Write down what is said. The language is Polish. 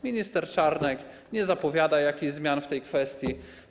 Minister Czarnek nie zapowiada jakichś zmian w tej kwestii.